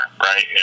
right